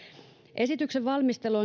esityksen valmistelu